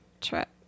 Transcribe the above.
trip